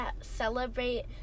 celebrate